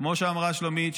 כמו שאמרה שלומית,